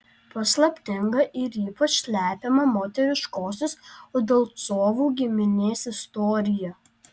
paslaptinga ir ypač slepiama moteriškosios udalcovų giminės istorija